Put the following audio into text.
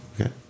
Okay